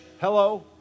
hello